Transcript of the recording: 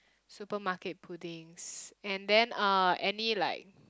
supermarket puddings and then uh any like